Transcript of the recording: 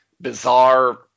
bizarre